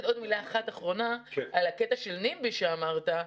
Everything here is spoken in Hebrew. עוד מילה אחת אחרונה על הקטע של נמב"י שאמרת.